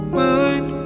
mind